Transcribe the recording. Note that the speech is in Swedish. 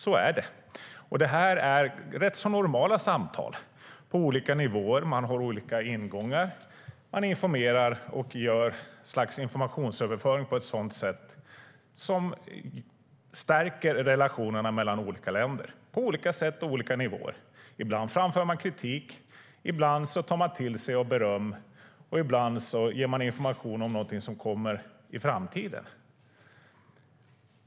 Så är det, och det är rätt så normala samtal på olika nivåer. Man har olika ingångar. Man informerar och gör en sorts informationsöverföring på ett sätt som stärker relationerna mellan olika länder på olika sätt och på olika nivåer. Ibland framför man kritik, ibland tar man till sig av beröm och ibland ger man information om någonting som kommer i framtiden.